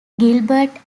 gilbert